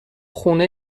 خونه